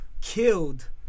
killed